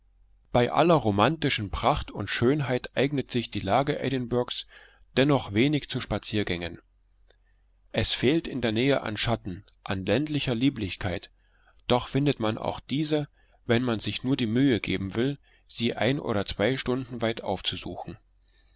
bei aller romantischen pracht und schönheit eignet sich die lage edinburghs dennoch wenig zu spaziergängen es fehlt in der nähe an schatten an ländlicher lieblichkeit doch findet man auch diese wenn man sich nur die mühe geben will sie ein oder zwei stunden weit aufzusuchen